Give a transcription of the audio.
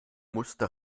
musste